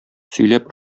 сөйләп